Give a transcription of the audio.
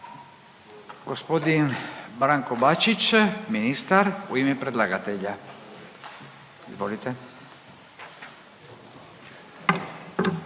Gospodin Branko Bačić, ministar u ime predlagatelja. Izvolite.